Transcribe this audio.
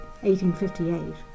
1858